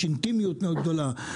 יש אינטימיות מאוד גדולה.